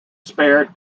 spared